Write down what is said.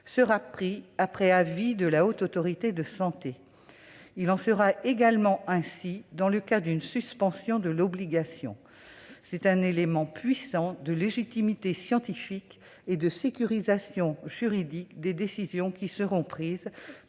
sera pris après avis de la Haute Autorité de santé. Il en sera également ainsi dans le cas d'une suspension de l'obligation. Il s'agit d'un élément puissant de légitimité scientifique et de sécurisation juridique des décisions qui seront prises